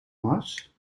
mars